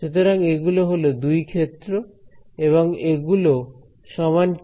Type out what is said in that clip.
সুতরাং এগুলো হলো দুই ক্ষেত্র এবং এগুলো সমান কি